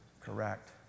correct